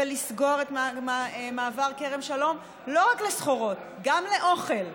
ולסגור את מעבר כרם שלום לא רק לסחורות, גם לאוכל,